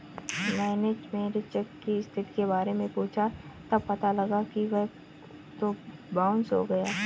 मैंने मेरे चेक की स्थिति के बारे में पूछा तब पता लगा कि वह तो बाउंस हो गया है